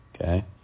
Okay